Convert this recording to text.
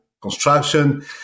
construction